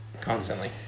constantly